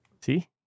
See